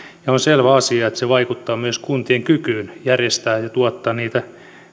ja on selvä asia että se vaikuttaa myös kuntien kykyyn järjestää ja tuottaa niitä